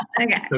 Okay